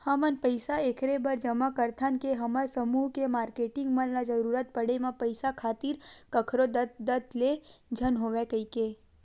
हमन पइसा ऐखरे बर जमा करथन के हमर समूह के मारकेटिंग मन ल जरुरत पड़े म पइसा खातिर कखरो दतदत ले झन होवय कहिके